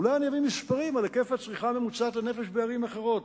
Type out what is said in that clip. אולי אני אביא מספרים על היקף הצריכה הממוצעת לנפש בערים אחרות.